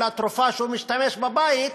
אלא גם על תרופה שהוא משתמש בה בבית,